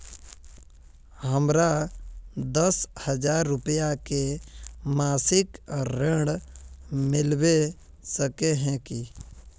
हमरा दस हजार रुपया के मासिक ऋण मिलबे सके है की?